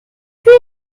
viel